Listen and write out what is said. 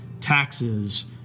taxes